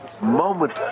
moment